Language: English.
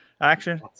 action